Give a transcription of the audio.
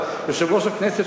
אבל יושב-ראש הכנסת,